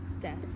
death